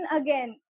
again